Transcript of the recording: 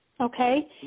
Okay